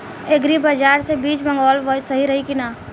Agri बाज़ार से बीज मंगावल सही रही की ना?